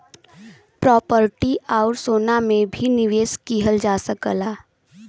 property आउर सोना में भी निवेश किहल जा सकला